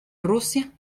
rusia